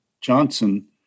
Johnson